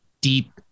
deep